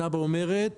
התב"ע אומרת